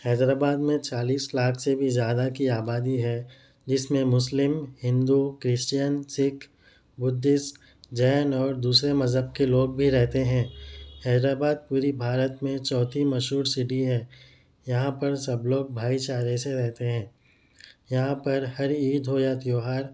حیدر آباد میں چالیس لاکھ سے بھی زیادہ کی آبادی ہے جس میں مسلم ہندو کرسچین سکھ بدھسٹ جین اور دوسرے مذہب کے لوگ بھی رہتے ہیں حیدر آباد پوری بھارت میں چوتھی مشہور سٹی ہے یہاں پر سب لوگ بھائی چارے سے رہتے ہیں یہاں پر ہر عید ہو یا تیوہار